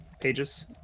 pages